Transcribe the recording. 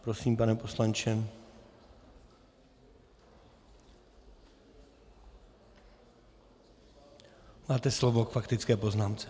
Prosím, pane poslanče, máte slovo k faktické poznámce.